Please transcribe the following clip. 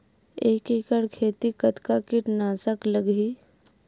एक एकड़ खेती कतका किट नाशक लगही?